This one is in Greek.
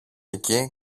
εκεί